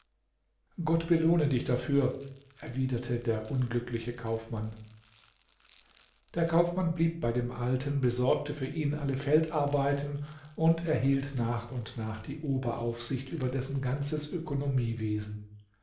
gott belohne dich dafür erwiderte der unglückliche kaufmann der kaufmann blieb bei dem alten besorgte für ihn alle feldarbeiten und erhielt nach und nach die oberaufsicht über dessen ganzes